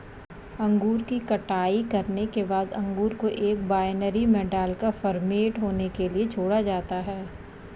अंगूर की कटाई करने के बाद अंगूर को एक वायनरी में डालकर फर्मेंट होने के लिए छोड़ा जाता है